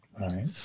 Right